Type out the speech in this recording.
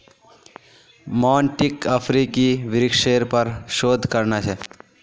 मोंटीक अफ्रीकी वृक्षेर पर शोध करना छ